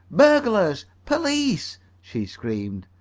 burglars! police! she screamed.